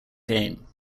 game